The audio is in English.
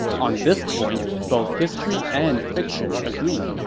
on this point, both history and fiction agree.